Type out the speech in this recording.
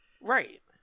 right